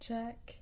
Check